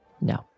No